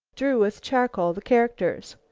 drew with charcoal the characters.